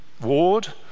ward